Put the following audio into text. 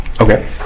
Okay